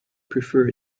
prefer